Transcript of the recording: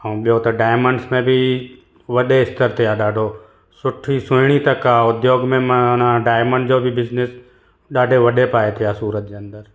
ऐं ॿियों त डायमंड्स में बि वॾे स्तर ते आहे ॾाढो सुठी सुहिणी तक आहे उद्योग में माना डायमंड जो बि बिजनेस ॾाढे वॾे पाए ते आहे सूरत जे अंदरु